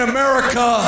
America